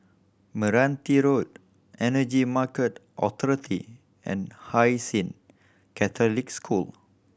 Meranti Road Energy Market Authority and Hai Sing Catholic School